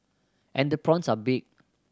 and the prawns are big